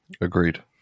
Agreed